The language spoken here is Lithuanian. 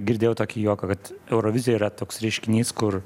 girdėjau tokį juoką kad eurovizija yra toks reiškinys kur